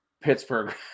Pittsburgh